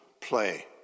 play